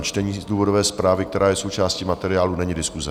Čtení důvodové zprávy, která je součástí materiálu, není diskuse.